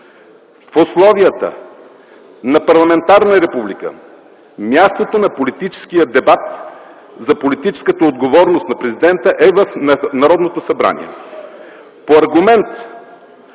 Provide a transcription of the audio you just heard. В условията на парламентарна република мястото на политическия дебат за политическата отговорност на президента е в Народното събрание. По аргумент